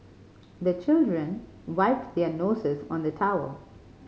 the children wipe their noses on the towel